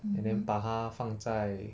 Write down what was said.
and then 把他放在